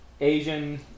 Asian